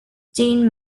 jean